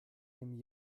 dem